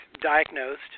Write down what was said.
diagnosed